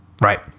Right